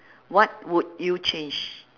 what would you change